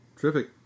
terrific